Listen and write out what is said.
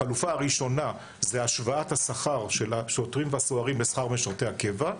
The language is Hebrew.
החלופה הראשונה זה השוואת השכר של השוטרים והסוהרים לשכר משרתי הקבע,